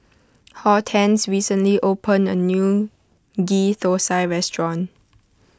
Hortense recently opened a new Ghee Thosai restaurant